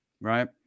right